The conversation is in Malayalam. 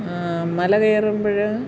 മല കയറുമ്പോള്